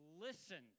listened